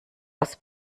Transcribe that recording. aus